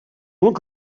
molt